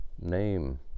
name